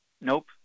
Nope